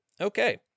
Okay